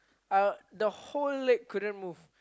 uh the whole leg couldn't move